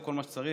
או כל מה שצריך,